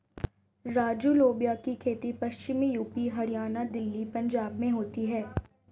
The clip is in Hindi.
राजू लोबिया की खेती पश्चिमी यूपी, हरियाणा, दिल्ली, पंजाब में होती है